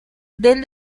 del